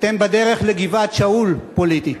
אתם בדרך לגבעת-שאול פוליטית.